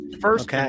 first